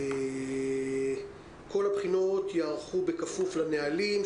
כל הבחינות ייערכו בכפוף לנהלים,